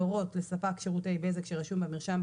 להורות לספק שירותי בזק שרשום במרשם,